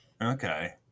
Okay